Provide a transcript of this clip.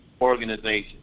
organization